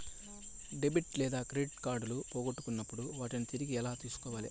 debit లేదా credit కార్డులు పోగొట్టుకున్నప్పుడు వాటిని తిరిగి ఎలా తీసుకోవాలి